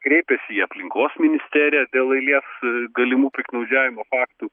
kreipėsi į aplinkos ministeriją dėl eilės galimų piktnaudžiavimo faktų